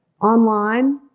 online